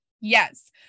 Yes